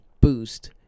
boost